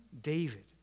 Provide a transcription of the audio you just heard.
David